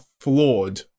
flawed